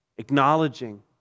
acknowledging